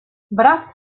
brad